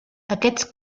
aquests